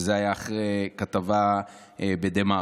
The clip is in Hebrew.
שזה היה אחרי כתבה בדה-מרקר.